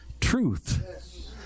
truth